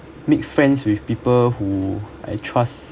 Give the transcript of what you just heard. make friends with people who I trust